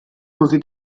così